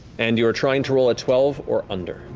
and you are trying to roll a twelve or under.